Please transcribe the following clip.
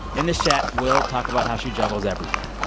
in this chat, we'll talk about how she juggles everything,